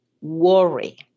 worry